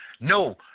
No